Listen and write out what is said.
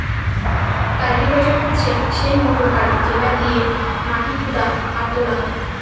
cultivator হচ্ছে সেই motor গাড়ি যেটা দিয়েক মাটি খুদা আর তোলা হয়